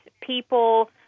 people